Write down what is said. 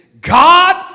God